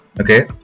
Okay